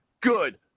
good